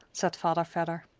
said father vedder.